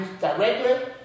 directly